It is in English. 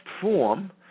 form